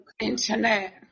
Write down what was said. internet